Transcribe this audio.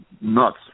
nuts